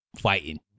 fighting